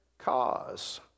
cause